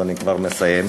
אז אני כבר מסיים,